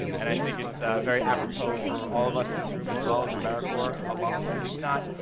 and i think it's very apropos for all of us in this room as well as americorps alum, because it's not,